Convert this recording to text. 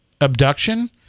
abduction